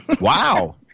wow